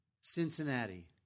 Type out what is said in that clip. Cincinnati